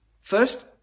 First